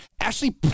Ashley